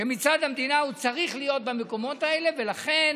שמצד המדינה הוא צריך להיות במקומות האלה, לכן